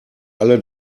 alle